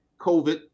COVID